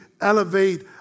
elevate